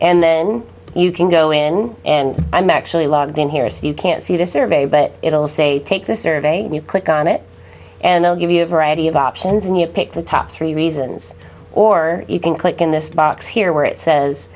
and then you can go in and i'm actually logged in here so you can't see the survey but it'll say take this survey you click on it and i'll give you a variety of options and you pick the top three reasons or you can click in this box here where it says